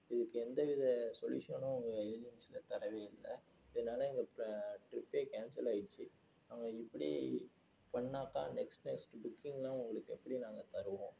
இதுக்கு எந்த வித சொலுயூஷனும் உங்கள் ஏஜென்ஸியில தரவே இல்லை என்னால் எங்கள் ப்ர ட்ரிப்பே கேன்சல் ஆயிட்ச்சு அவங்க இப்படி பண்ணாக்கா நெக்ஸ்ட் நெக்ஸ்ட்டு புக்கிங்லாம் உங்களுக்கு எப்படி நாங்கள் தருவோம்